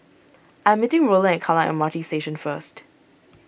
I am meeting Rowland at Kallang M R T Station first